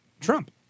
Trump